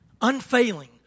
Unfailing